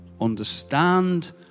understand